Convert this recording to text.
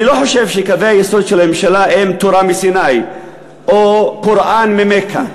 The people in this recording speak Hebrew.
אני לא חושב שקווי היסוד של הממשלה הם תורה מסיני או קוראן ממכה.